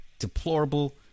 Deplorable